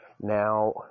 Now